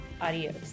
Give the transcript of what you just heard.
Adios